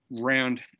Round